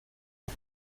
und